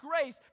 grace